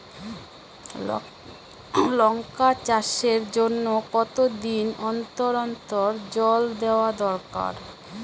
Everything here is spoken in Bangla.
লঙ্কা চাষের জন্যে কতদিন অন্তর অন্তর জল দেওয়া দরকার?